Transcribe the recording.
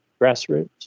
grassroots